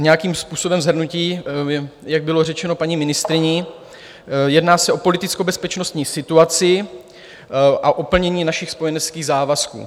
Nějakým způsobem shrnutí: jak bylo řečeno paní ministryní, jedná se politickobezpečnostní situaci a plnění našich spojeneckých závazků.